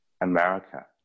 America